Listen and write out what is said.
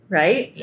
right